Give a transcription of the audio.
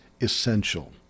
essential